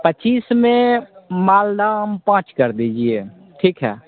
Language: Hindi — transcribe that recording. पच्चीस में मालदा आम पाँच कर दीजिए ठीक है